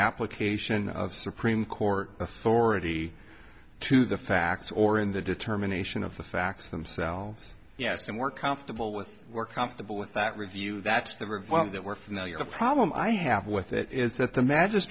application of supreme court authority to the facts or in the determination of the facts themselves yes and we're comfortable with we're comfortable with that review that's the river that we're familiar the problem i have with it is that the ma